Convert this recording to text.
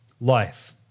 life